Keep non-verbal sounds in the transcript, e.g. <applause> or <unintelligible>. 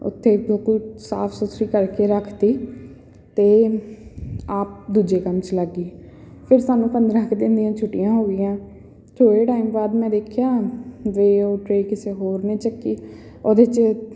ਉੱਥੇ <unintelligible> ਸਾਫ਼ ਸੁਥਰੀ ਕਰ ਕੇ ਰੱਖਤੀ ਅਤੇ ਆਪ ਦੂਜੇ ਕੰਮ 'ਚ ਲੱਗ ਗਈ ਫਿਰ ਸਾਨੂੰ ਪੰਦਰਾਂ ਕੁ ਦਿਨ ਦੀਆਂ ਛੁੱਟੀਆਂ ਹੋ ਗਈਆਂ ਥੋੜ੍ਹੇ ਟਾਈਮ ਬਾਅਦ ਮੈਂ ਦੇਖਿਆ ਵੀ ਉਹ ਟਰੇਅ ਕਿਸੇ ਹੋਰ ਨੇ ਚੱਕੀ ਉਹਦੇ 'ਚ